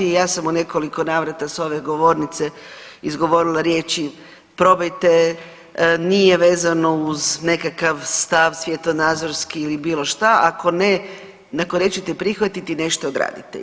I ja sam u nekoliko navrata s ove govornice izgovorila riječi probajte, nije vezano uz nekakav stav svjetonazorski ili bilo šta, ako ne ako nećete prihvatiti nešto odradite.